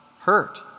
hurt